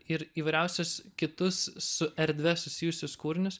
ir įvairiausius kitus su erdve susijusius kūrinius